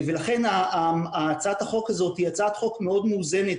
לכן הצעת החוק הזאת היא הצעת חוק מאוד מאוזנת,